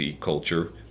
culture